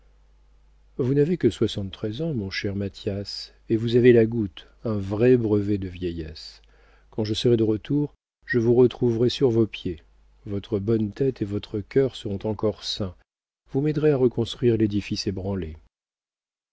vous n'avez que soixante-treize ans mon cher mathias et vous avez la goutte un vrai brevet de vieillesse quand je serai de retour je vous retrouverai sur vos pieds votre bonne tête et votre cœur seront encore sains vous m'aiderez à reconstruire l'édifice ébranlé